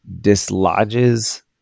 dislodges